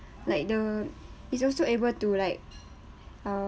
like the it's also able to like um